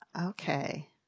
Okay